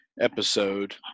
episode